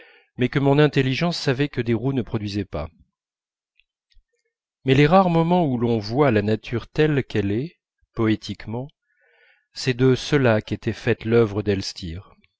mais que mon intelligence savait que des roues ne produisaient pas mais les rares moments où l'on voit la nature telle qu'elle est poétiquement c'était de ceux-là qu'était faite l'œuvre